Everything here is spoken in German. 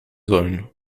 sollen